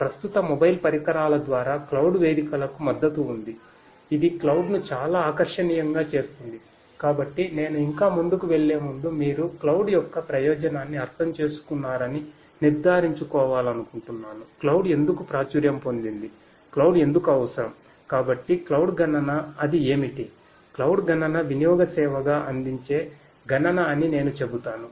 ప్రస్తుత మొబైల్ పరికరాల ద్వారా క్లౌడ్ గణన వినియోగ సేవగా అందించే గణన అని నేను చెబుతాను